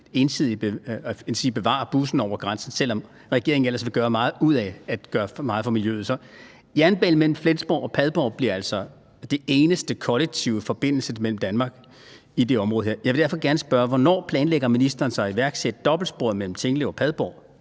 endsige bevare bussen over grænsen, selv om regeringen ellers gør meget ud af at gøre meget for miljøet. Så jernbanen mellem Flensborg og Padborg bliver altså den eneste kollektive forbindelse mellem Danmark og Tyskland i det område her. Jeg vil derfor gerne spørge: Hvornår planlægger ministeren så at iværksætte dobbeltsporet mellem Tinglev og Padborg,